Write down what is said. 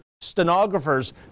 stenographers